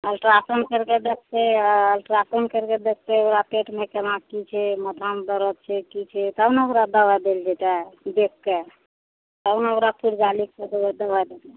ultrasound करिके देखतै ultrasound करिके देखतै ओकरा पेटमे कोना कि छै माथामे दरद छै कि छै तब ने ओकरा दवाइ देल जएतै देखिके तब ने ओकरा पुरजा लिखिके दवाइ देतै